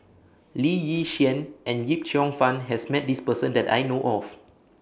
Lee Yi Shyan and Yip Cheong Fun has Met This Person that I know of